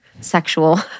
sexual